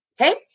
Okay